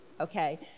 okay